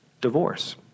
divorce